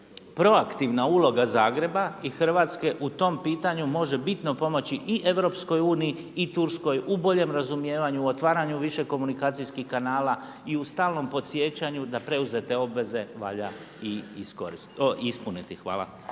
proaktivna uloga Zagreba i Hrvatske u tom pitanju može bitno pomoći i Europskoj uniji i Turskoj u boljem razumijevanju, otvaranju višekomunikacijskih kanala i u stalnom podsjećanju da preuzete obveze valja i ispuniti. Hvala.